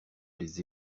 les